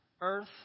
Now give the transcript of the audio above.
Earth